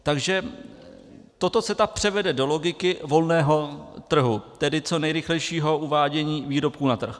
Takže toto CETA převede do logiky volného trhu, tedy co nejrychlejšího uvádění výrobků na trh.